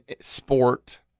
sport